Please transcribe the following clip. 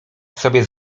sobie